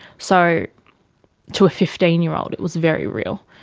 so to a fifteen year old it was very real,